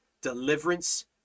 deliverance